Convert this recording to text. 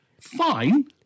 Fine